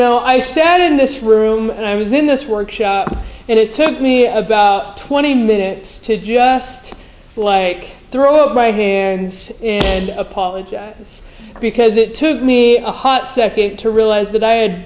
know i sat in this room and i was in this workshop and it took me about twenty minutes to just like throw up my hands and apologize because it took me a hot second to realize that i had